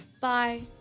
Bye